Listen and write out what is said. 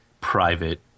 private